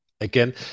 Again